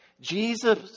Jesus